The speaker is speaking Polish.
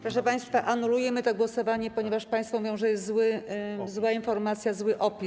Proszę państwa, anulujemy to głosowanie, ponieważ państwo mówią, że jest zła informacja, zły opis.